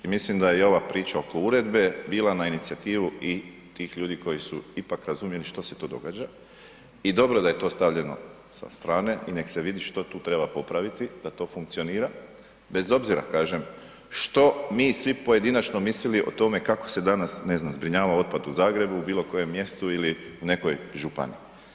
Mislim da i ova priča oko uredbe je bila na inicijativu i tih ljudi koji su ipak razumjeli šta se to događa i dobro da je to stavljeno sa strane i nek se vidi što tu treba popraviti da to funkcionira bez obzira kažem što mi svi pojedinačno mislili o tome kako se danas ne znam, zbrinjava otpad u Zagrebu, u bilokojem mjestu ili nekoj županiji.